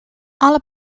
alle